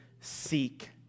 seek